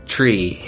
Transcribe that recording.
Tree